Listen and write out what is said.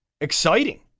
exciting